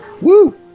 Woo